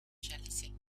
jealousy